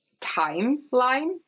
timeline